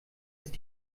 ist